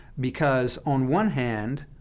because on one hand,